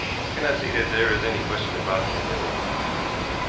cannot see that there is any question about the identity, i said.